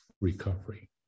recovery